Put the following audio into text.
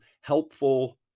helpful